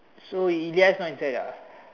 so Elias not inside ah